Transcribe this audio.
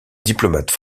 diplomate